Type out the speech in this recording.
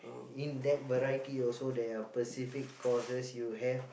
in that variety also there are specific courses you have